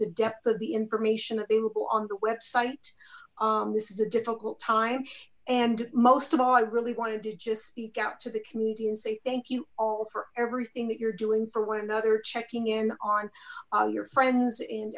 the depth of the information available on the website this is a difficult time and most of all i really wanted to just speak out to the community and say thank you all for everything that you're doing for one another checking in on your friends and